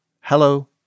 Hello